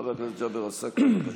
חבר הכנסת ג'אבר עסאקלה, בבקשה.